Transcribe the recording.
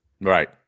Right